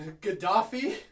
Gaddafi